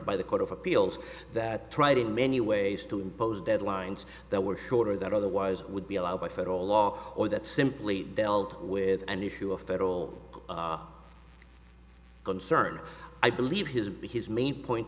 by the court of appeals that tried in many ways to impose deadlines that were shorter that otherwise would be allowed by federal law or that simply dealt with an issue a federal concern i believe his his main point